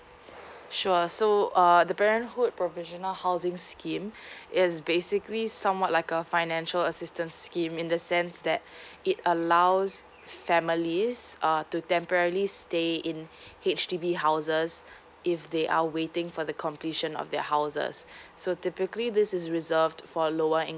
sure so uh the parenthood provisional housing scheme is basically somewhat like a financial assistance scheme in the sense that it allows families err to temporarily stay in H_D_B houses if they are waiting for the completion of their houses so typically this is reserved for lower income